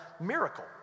miracle